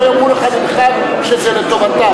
הם לא יאמרו לך, שזה לטובתם.